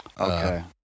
Okay